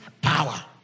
power